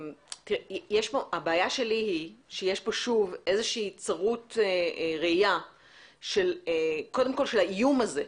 אבל הבעיה שלי היא שיש פה שוב איזושהי צרות ראייה קודם כל של האיום הזה,